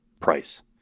price